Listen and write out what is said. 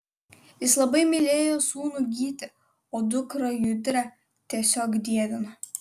jis labai mylėjo sūnų gytį o dukrą judrę tiesiog dievino